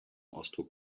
ausdruck